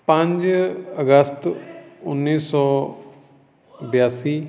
ਪੰਜ ਅਗਸਤ ਉੱਨੀ ਸੌ ਬਿਆਸੀ